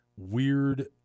weird